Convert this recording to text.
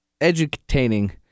educating